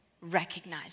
recognize